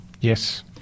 Yes